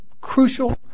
crucial